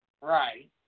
Right